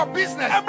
business